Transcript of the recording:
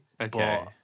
okay